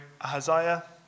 Ahaziah